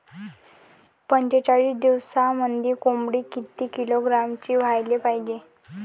पंचेचाळीस दिवसामंदी कोंबडी किती किलोग्रॅमची व्हायले पाहीजे?